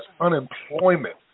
unemployment